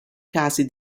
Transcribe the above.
casi